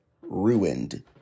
ruined